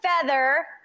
feather